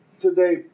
today